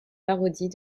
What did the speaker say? parodie